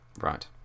Right